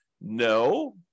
No